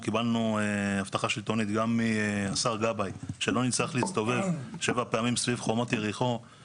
זה הפחתה של 85%. למה פיטרתם את העובדים?